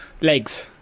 Legs